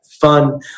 fun